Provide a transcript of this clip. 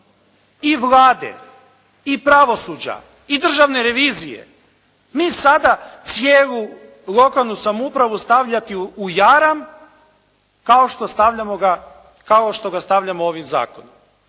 i Vlade i pravosuđa i Državne revizije, mi sada cijelu lokalnu samoupravu stavljati u jaram kao što ga stavljamo ovim zakonom.